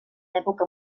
època